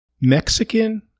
mexican